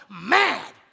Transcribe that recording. mad